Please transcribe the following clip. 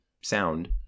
sound